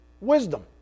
Wisdom